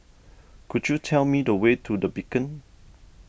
could you tell me the way to the Beacon